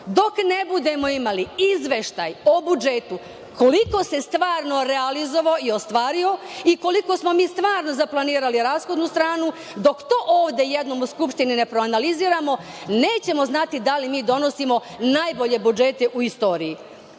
Dok ne budemo imali izveštaj o budžetu koliko se stvarno realizovalo i ostvario i koliko smo mi stvarno zaplanirali rashodnu stranu, dok to ovde jednom u skupštini ne proanaliziramo nećemo znati da li mi donosimo najbolje budžete u istoriji. Kada